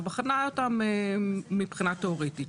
ובחנה אותן מבחינה תיאורטית.